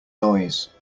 noise